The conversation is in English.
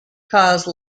cause